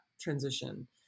transition